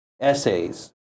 essays